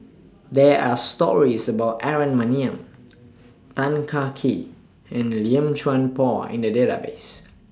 There Are stories about Aaron Maniam Tan Kah Kee and Lim Chuan Poh in The Database